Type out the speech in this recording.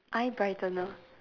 eye brightener